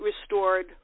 restored